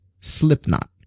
Slipknot